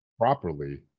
properly